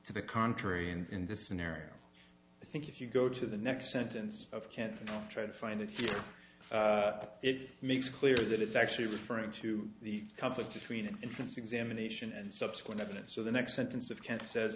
to the contrary and in this scenario i think if you go to the next sentence of can't try to find a few it makes clear that it's actually referring to the conflict between instance examination and subsequent evidence so the next sentence of can says